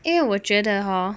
因为我觉得 hor